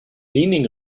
leaning